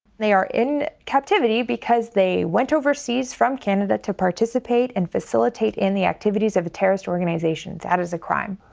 they are in captivity because they went overseas from canada to participate and facilitate in the activities of a terrorist organization. that is a crime.